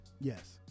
yes